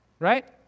Right